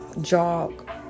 jog